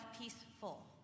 peaceful